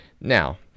Now